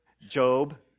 Job